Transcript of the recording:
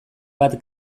bat